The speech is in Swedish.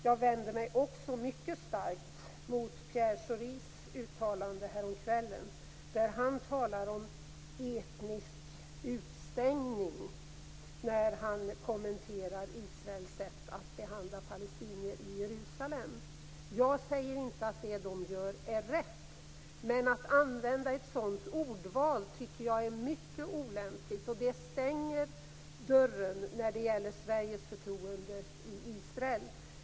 Jag vänder mig också mycket starkt mot Pierre Schoris uttalande häromkvällen, där han talar om etnisk utestängning när han kommenterar Israels sätt att behandla palestinier i Jerusalem. Jag säger inte att det de gör är rätt. Men att använda ett sådant ordval tycker jag är mycket olämpligt. Det stänger dörren när det gäller Sveriges anseende i Israel.